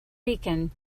rican